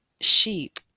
sheep